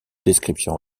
description